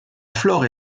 flore